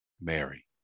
Mary